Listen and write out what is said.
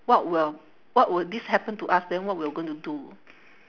what will what will this happen to us then what we're going to do